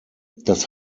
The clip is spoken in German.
das